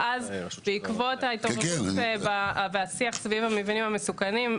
אבל בעקבות ההתעוררות והשיח סביב המבנים המסוכנים,